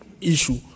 issue